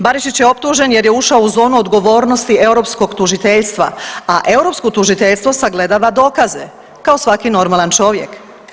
Barišić je optužen jer je ušao u zonu odgovornosti europskog tužiteljstva, a europsko tužiteljstvo sagledava dokaze kao svaki normalan čovjek.